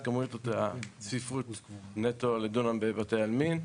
כמויות הצפיפות נטו לדומם בבתי עלמין,